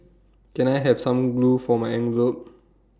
can I have some glue for my envelopes